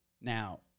Now